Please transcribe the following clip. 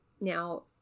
now